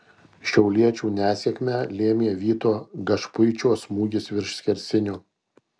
šiauliečių nesėkmę lėmė vyto gašpuičio smūgis virš skersinio